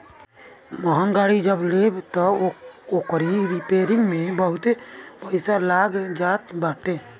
महंग गाड़ी जब लेबअ तअ ओकरी रिपेरिंग में बहुते पईसा लाग जात बाटे